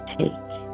take